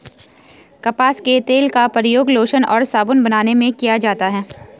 कपास के तेल का प्रयोग लोशन और साबुन बनाने में किया जाता है